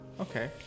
okay